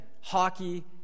hockey